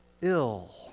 ill